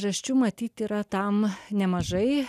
priežasčių matyt yra tam nemažai